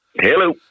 Hello